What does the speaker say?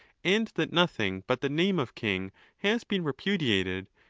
and that nothing but the name of king has been repudiated,